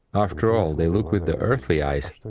after all, they look with the earthly eyes.